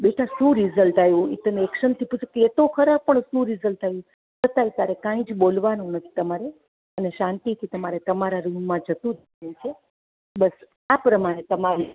બેટા શું રિઝલ્ટ આવ્યું એ તને એક્શનથી પૂછે કહે તો ખરા પણ શું રિઝલ્ટ આવ્યું બતાવ તારે કાંઈ જ બોલવાનું નથી તમારે અને શાંતિથી તમારે તમારા રૂમમાં જતું રહેવાનું છે બસ આ પ્રમાણે તમારે